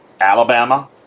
Alabama